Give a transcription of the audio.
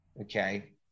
okay